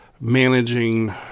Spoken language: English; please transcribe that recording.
managing